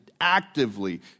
actively